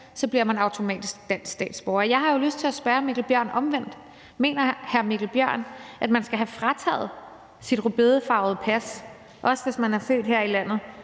bliver man automatisk dansk statsborger. Jeg har jo lyst til at spørge Mikkel Bjørn om det omvendte: Mener hr. Mikkel Bjørn, at man skal fratages sit rødbedefarvede pas, også hvis man er født her i landet,